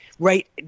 right